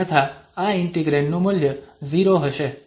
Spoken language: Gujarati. અન્યથા આ ઇન્ટિગ્રેન્ડ નું મૂલ્ય 0 હશે